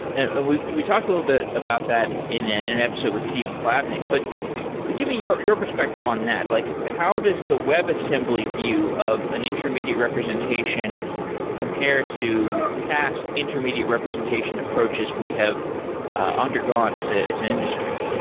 and we we talked a little bit about about that in ah an an episode with steve klabnik. but but give me your your perspective on that. like how does the web assembly view of an intermediate representation compare to past intermediate representation approaches we have ah undergone as ah as an industry?